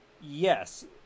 Yes